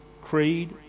creed